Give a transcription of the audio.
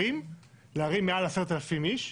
לערים מעל 10,000 איש,